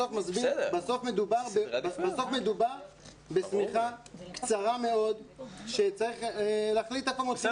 בסוף מדובר בשמיכה קצרה מאוד שצריך להחליט על מה מוציאים אותה.